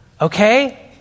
okay